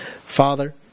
Father